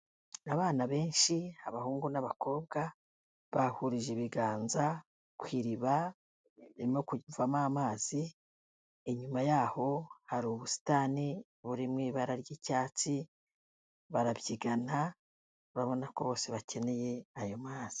Abana benshi abahungu n'abakobwa, bahurije ibiganza ku iriba ririmo kuvomo amazi, inyuma yaho hari ubusitani buri mu ibara ry'icyatsi, barabyigana urabona ko bose bakeneye ayo mazi.